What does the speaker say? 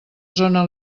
zona